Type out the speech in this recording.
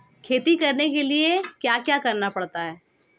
खेती करने के लिए क्या क्या करना पड़ता है?